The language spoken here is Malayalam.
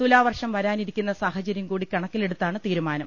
തുലാ വർഷം വരാനിരിക്കുന്ന സാഹചര്യം കൂടി കണക്കിലെടുത്താണ് തീരുമാനം